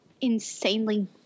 insanely